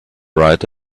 write